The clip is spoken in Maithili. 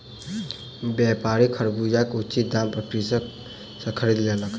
व्यापारी खरबूजा के उचित दाम पर कृषक सॅ खरीद लेलक